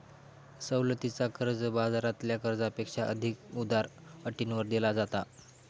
सवलतीचा कर्ज, बाजारातल्या कर्जापेक्षा अधिक उदार अटींवर दिला जाता